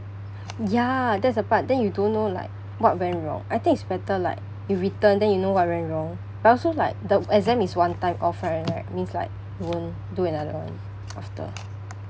ya that's the part then you don't know like what went wrong I think it's better like you return then you know what went wrong but also like the exam is one time off [one] right means like you won't do another one after